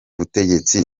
butegetsi